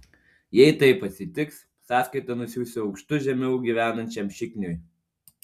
jei taip atsitiks sąskaitą nusiųsiu aukštu žemiau gyvenančiam šikniui